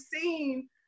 seen